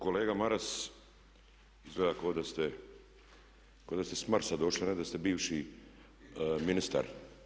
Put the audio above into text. Kolega Maras izgleda kao da ste s Marsa došli a ne da ste bivši ministar.